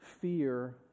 fear